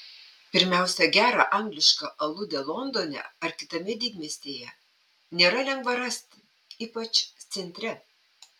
pirmiausia gerą anglišką aludę londone ar kitame didmiestyje nėra lengva rasti ypač centre